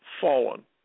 fallen